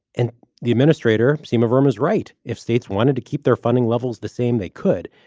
and the administrator, sima vermes. right. if states wanted to keep their funding levels the same, they could.